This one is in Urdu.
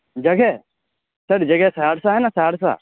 جگہ سر جگہ سہرسہ ہے نا سہرسہ